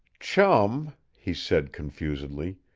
chum, he said confusedly,